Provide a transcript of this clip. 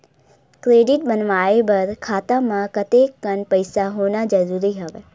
Credit बनवाय बर खाता म कतेकन पईसा होना जरूरी हवय?